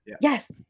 Yes